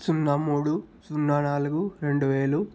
సున్నా మూడు సున్నా నాలుగు రెండు వేలు